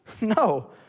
No